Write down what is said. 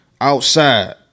outside